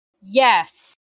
Yes